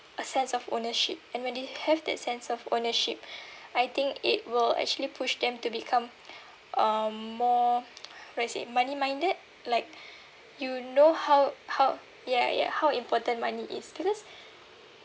a sense of ownership and when they have that sense of ownership I think it will actually pushed them to become um more how do I say money-minded like you know how how ya ya how important money is because